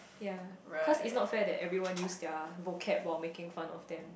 ya cause it's not fair that everyone use their vocab while making fun of them